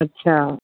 अच्छा